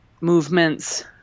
movements